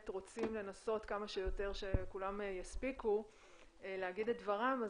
רוצים לנסות כמה שיותר שכולם יספיקו להגיד את דברם,